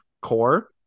core